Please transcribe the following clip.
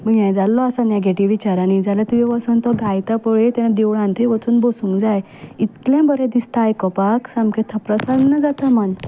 तूं सारको हें जाल्लो आसा नेगेटीव विचारांनी जाल्या तुवें वचून तो गायता पळय थंय देवळान थंय वचून बसूंक जाय इतलें बरें दिसता आयकोपाक सामकें प्रसन्न जाता मन